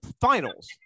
finals